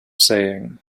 saying